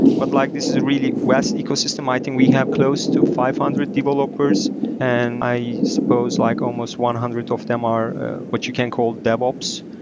but like this is a really west ecosystem. i think we have close to five hundred developers and i suppose like almost one hundred so of them are what you can call devops.